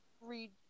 read